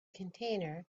container